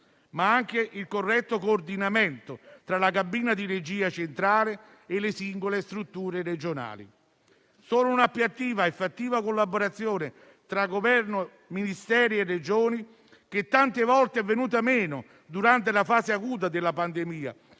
II - e il corretto coordinamento tra la cabina di regia centrale e le singole strutture regionali. Solo una più attiva e fattiva collaborazione tra Governo, Ministeri e Regioni, che tante volte è venuta meno durante la fase acuta della pandemia